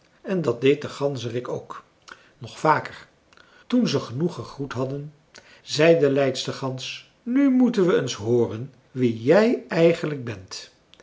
en dat deed de ganzerik ook nog vaker toen ze genoeg gegroet hadden zei de leidster gans nu moeten we eens hooren wie jij eigenlijk bent